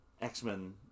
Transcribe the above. X-Men